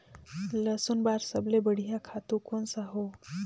लसुन बार सबले बढ़िया खातु कोन सा हो?